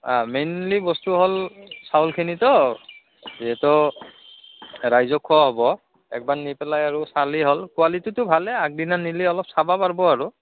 অঁ মেইনলি বস্তু হ'ল চাউলখিনিতো যিহেতু ৰাইজক খোৱা হ'ব একবাৰ নি পেলাই আৰু চালেই হ'ল কোৱালিটিটো ভালে আগদিনা নিলে অলপ চাব পাৰিব আৰু